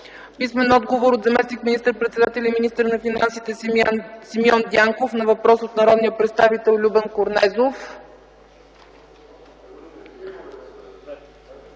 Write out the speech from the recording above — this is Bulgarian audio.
писмен отговор от заместник министър-председателя и министър на финансите Симеон Дянков на въпрос от народния представител Любен Корнезов;